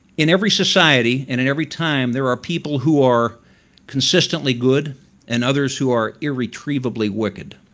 in every society and in every time there are people who are consistently good and others who are irretrievably wicked.